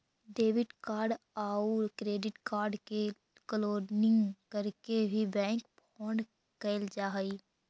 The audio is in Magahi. डेबिट कार्ड आउ क्रेडिट कार्ड के क्लोनिंग करके भी बैंक फ्रॉड कैल जा हइ